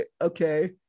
okay